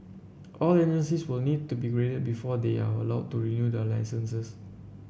all agencies will need to be graded before they are allowed to renew their licences